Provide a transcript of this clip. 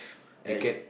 you get